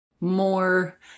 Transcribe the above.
more